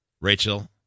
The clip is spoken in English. Rachel